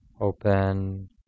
open